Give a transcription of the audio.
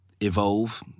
evolve